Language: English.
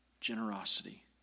generosity